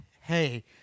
hey